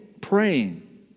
praying